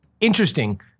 interesting